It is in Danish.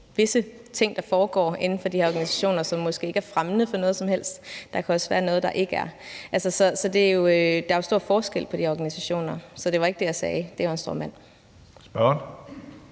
visse ting, der foregår inden for de organisationer, som måske ikke er fremmende for noget som helst. Der kan også være noget, hvor det ikke er tilfældet; der er jo stor forskel på de organisationer. Så det var ikke det, jeg sagde – det var en stråmand.